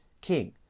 king